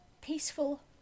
peaceful